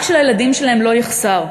רק שלילדים שלהם לא יחסר.